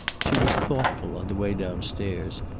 she was thoughtful on the way downstairs,